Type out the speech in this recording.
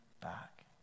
back